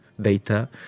data